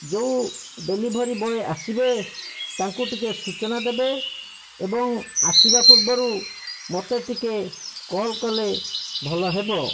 ଯୋଉ delivery boy ଆସିବେ ତାଙ୍କୁ ଟିକିଏ ସୂଚନା ଦେବେ ଏବଂ ଆସିବା ପୂର୍ବରୁ ମୋତେ ଟିକିଏ କଲ୍ କଲେ ଭଲ ହେବ